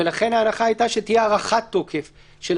ולכן ההערכה הייתה שתהיה הארכת תוקף של